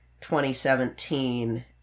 2017